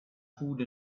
food